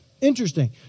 Interesting